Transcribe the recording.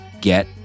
get